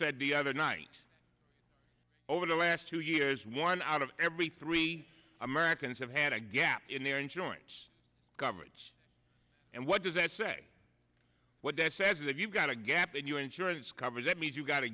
said the other night over the last two years one out of every three americans have had a gap in their insurance coverage and what does that say what that says if you've got a gap in your insurance coverage that means you've got to